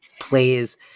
plays